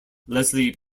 leslie